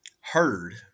heard